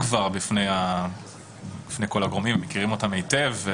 בפני כל הגורמים והם מכירים אותן היטב.